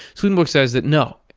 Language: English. swedenborg says that no,